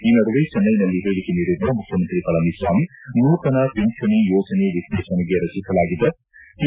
ಈ ನಡುವೆ ಚೆನ್ನೈನಲ್ಲಿ ಹೇಳಿಕೆ ನೀಡಿರುವ ಮುಖ್ಯಮಂತ್ರಿ ಪಳನಿಸ್ವಾಮಿ ನೂತನ ಪಿಂಚಣಿ ಯೋಜನೆ ವಿಶ್ಲೇಷಣೆಗೆ ರಚಿಸಲಾಗಿದ್ದ ಟಿ